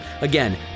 Again